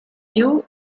lieu